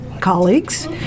colleagues